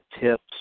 tips